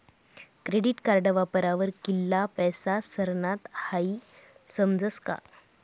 credit card वापरावर कित्ला पैसा सरनात हाई समजस का